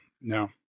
No